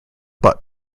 butt